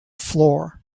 floor